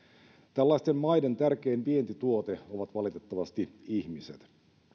tällaisten maiden tärkein vientituote ovat valitettavasti ihmiset